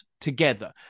together